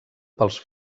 pels